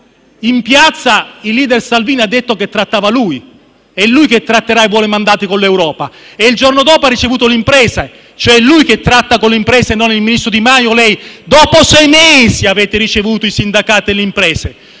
In piazza il *leader* Salvini ha detto che avrebbe trattato lui, è lui che tratterà i buoni mandati con l'Europa, e che il giorno dopo ha ricevuto le imprese; è lui che tratta con le imprese, non il ministro Di Maio o lei: avete ricevuto i sindacati e le imprese